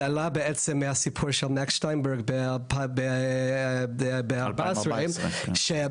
זה עלה בעצם מהסיפור של מקס שטיינברג ב-2014 שהפעם